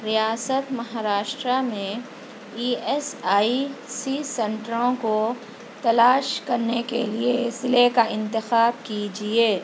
ریاست مہاراشٹرا میں E S I C سینٹروں کو تلاش کرنے کے لیے ضلعے کا انتخاب کیجیے